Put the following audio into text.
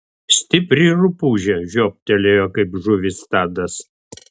stipri rupūžė žiobtelėjo kaip žuvis tadas